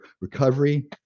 recovery